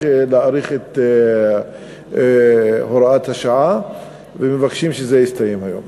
את הוראת השעה ומבקשים שזה יסתיים היום.